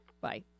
Bye